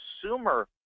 consumer